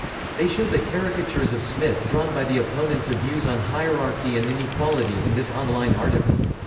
they show the caricatures of smith drawn by the opponents of views on hierarchy and inequality in this online article.